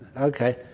Okay